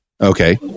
Okay